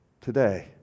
Today